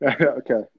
okay